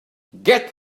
get